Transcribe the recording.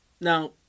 now